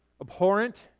abhorrent